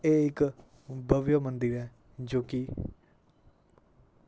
एह् इक भव्य मंदिर ऐ जो की